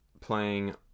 playing